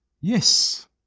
Yes